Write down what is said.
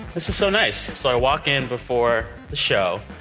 this is so nice so i walk in before the show,